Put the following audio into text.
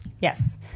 yes